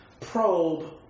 probe